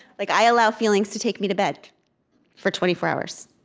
like i allow feelings to take me to bed for twenty four hours,